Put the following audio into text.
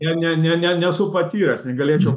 ne ne ne ne nesu patyręs negalėčiau